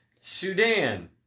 Sudan